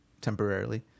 temporarily